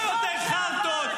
חברת הכנסת שטרית.